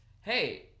hey